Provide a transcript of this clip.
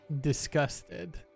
disgusted